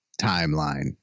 timeline